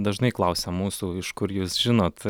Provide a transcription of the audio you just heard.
dažnai klausia mūsų iš kur jūs žinot